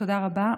תודה רבה.